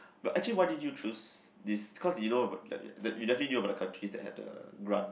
but actually why did you choose this cause you know about that you definitely know about this country had the grant